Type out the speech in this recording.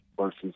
versus